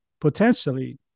potentially